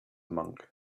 monk